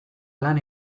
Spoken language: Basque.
lan